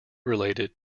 related